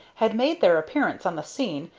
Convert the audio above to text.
had made their appearance on the scene,